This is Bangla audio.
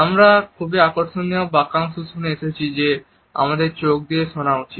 আমরা একটি খুবই আকর্ষণীয় বাক্যাংশ শুনে এসেছি যে আমাদের চোখ দিয়ে শোনা উচিত